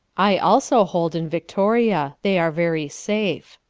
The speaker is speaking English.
i also hold in victoria, they are very safe.